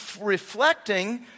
reflecting